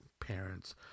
parents